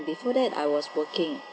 before that I was working